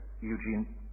Eugene